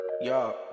yo